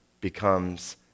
becomes